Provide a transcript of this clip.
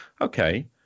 Okay